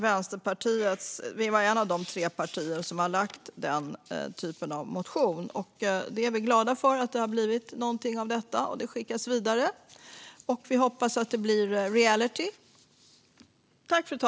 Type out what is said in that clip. Vänsterpartiet är ett av de tre partier som har motionerat om detta. Vi är glada för att det har blivit något av detta och att det skickas vidare. Vi hoppas att det blir reality.